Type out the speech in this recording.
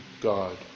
god